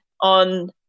on